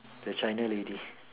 the China lady